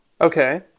Okay